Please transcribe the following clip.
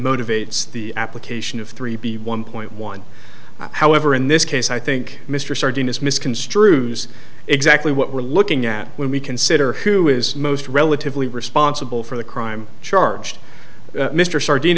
motivates the application of three b one point one however in this case i think mr surgeon is misconstrues exactly what we're looking at when we consider who is most relatively responsible for the crime charged mr sardin